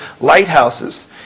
lighthouses